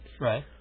Right